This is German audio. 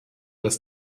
das